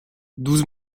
douze